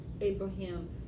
Abraham